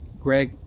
Greg